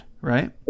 right